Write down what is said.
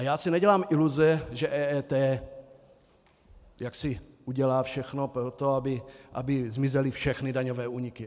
Já si nedělám iluze, že EET jaksi udělá všechno pro to, aby zmizely všechny daňové úniky.